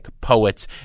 poets